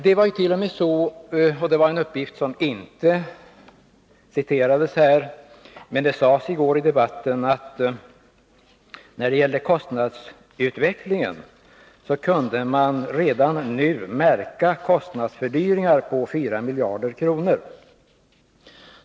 Det sades i går i debatten beträffande kostnadsutvecklingen — en uppgift som inte Hilding Johansson upprepade — att man redan nu kan notera kostnadsfördyringar på 4 miljarder kronor.